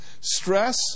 stress